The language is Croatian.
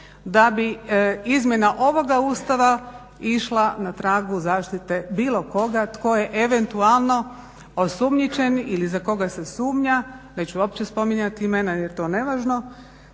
da bi izmjena ovoga Ustava išla na tragu zaštite bilo koga tko je eventualno osumnjičen ili za koga se sumnja, neću uopće spominjati imena jer je to nevažno,